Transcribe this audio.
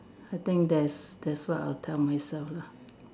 I think that's that's what I'll tell myself lah